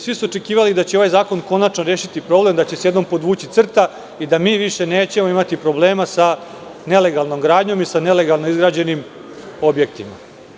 Svi su očekivali da će ovaj zakon konačno rešiti problem, da će se jednom podvući crta i da mi više nećemo imati problema sa nelegalnom gradnjom i sa nelegalno izgrađenim objektima.